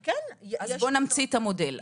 אז בואו נמציא את המודל.